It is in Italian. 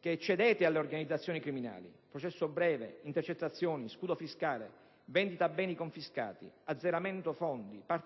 che cedete alle organizzazioni criminali: processo breve, intercettazioni, scudo fiscale, vendita dei beni confiscati, azzeramento fondi per